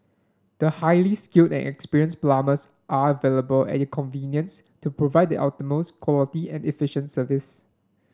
the highly skilled and experienced plumbers are available at your convenience to provide the utmost quality and efficient service